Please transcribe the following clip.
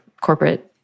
corporate